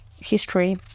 history